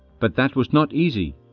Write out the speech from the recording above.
but that was not easy.